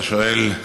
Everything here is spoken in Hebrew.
השואל,